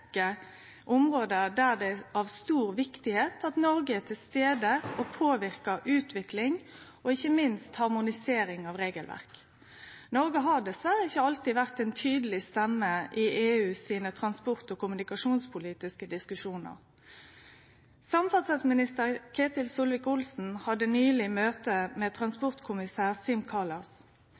område der det er av stor viktigheit at Noreg er til stades og påverkar utvikling og ikkje minst harmonisering av regelverk. Noreg har dessverre ikkje alltid vore ei tydeleg stemme i EUs transport- og kommunikasjonspolitiske diskusjonar. Samferdselsminister Ketil Solvik-Olsen hadde nyleg møte med